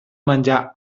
menjar